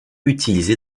utilisées